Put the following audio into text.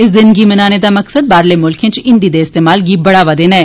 इस दिन गी मनाने दा मकसद बाहरले मुल्खें इच हिंदी दे इस्तेमाल गी बढ़ावा देना ऐ